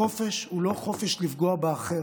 החופש הוא לא חופש לפגוע באחר.